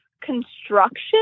construction